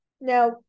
Now